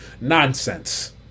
Nonsense